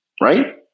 right